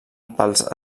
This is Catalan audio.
pels